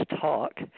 talk